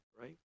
right